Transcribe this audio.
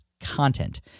content